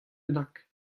bennak